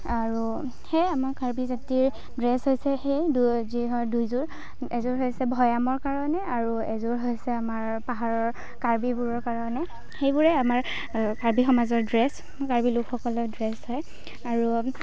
আৰু সেইয়াই আমাৰ কাৰ্বি জাতিৰ ড্ৰেছ হৈছে সেই দু যি হয় দুযোৰ এযোৰ হৈছে ভৈয়ামৰ কাৰণে আৰু এযোৰ হৈছে আমাৰ পাহাৰৰ কাৰ্বিবোৰৰ কাৰণে সেইবোৰেই আমাৰ কাৰ্বি সমাজৰ ড্ৰেছ কাৰ্বি লোকসকলৰ ড্ৰেছ হয় আৰু